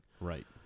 Right